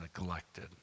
neglected